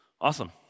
Awesome